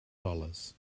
dollars